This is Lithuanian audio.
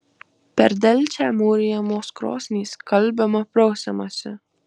per delčią mūrijamos krosnys skalbiama prausiamasi